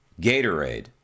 Gatorade